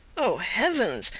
oh, heavens!